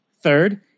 third